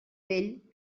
vell